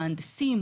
מהנדסים,